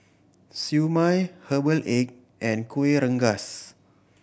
Siew Mai herbal egg and Kuih Rengas